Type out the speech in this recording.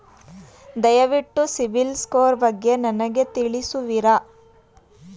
ದಯವಿಟ್ಟು CIBIL score ಬಗ್ಗೆ ನನಗೆ ತಿಳಿಸುವಿರಾ?